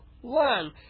one